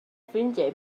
ffrindiau